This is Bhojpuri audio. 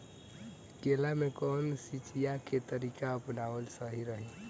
केला में कवन सिचीया के तरिका अपनावल सही रही?